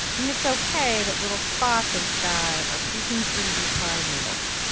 it's ok that little spots of sky are peeking through these pine needles.